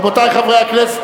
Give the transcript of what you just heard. רבותי חברי הכנסת,